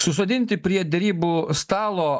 susodinti prie derybų stalo